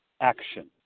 action